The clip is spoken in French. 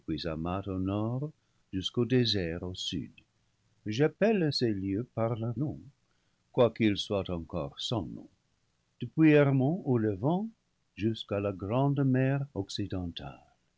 jusqu'au désert au sud j'appelle ces lieux par leurs noms quoiqu'ils soient encore sans noms depuis hermon au levant jusqu'à la grande mer